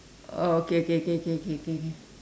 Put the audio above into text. oh okay okay okay okay okay okay okay